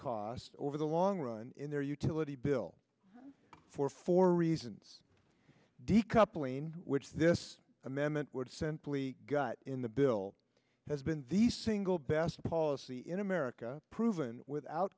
cost over the long run in their utility bill for for reasons decoupling which this amendment would simply got in the bill has been the single best policy in america proven without